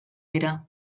dira